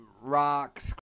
rocks